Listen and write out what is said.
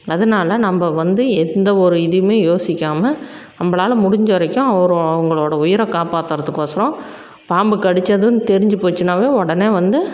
அதனால் நம்ம வந்து எந்த ஒரு இதுவுமே யோசிக்காமல் நம்மளால் முடிஞ்ச வரைக்கும் அவர் அவங்களோட உயிரை காப்பாற்றுறதுக்கு ஒசரம் பாம்பு கடிச்சதும் தெரிஞ்சு போச்சின்னாவே உடனே வந்து